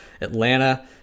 Atlanta